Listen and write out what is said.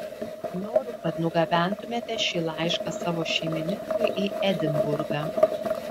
noriu kad nugabentumėte šį laišką savo šeimininkui į edinburgą